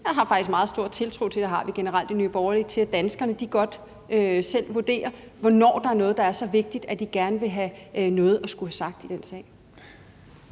det har vi generelt i Nye Borgerlige – at danskerne godt selv kan vurdere, hvornår der er noget, der er så vigtigt, at de gerne vil have noget at skulle have sagt i en sag.